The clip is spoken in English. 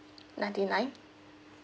ninety nine